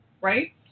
right